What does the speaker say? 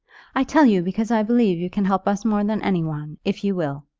i tell you, because i believe you can help us more than any one, if you will.